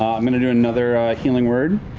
i'm going to do another healing word.